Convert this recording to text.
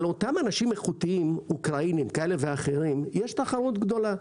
על אותם אנשים איכותיים אוקראינים כאלה ואחרים יש תחרות גדולה.